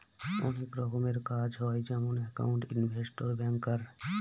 অনেক রকমের কাজ হয় যেমন একাউন্ট, ইনভেস্টর, ব্যাঙ্কার